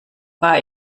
war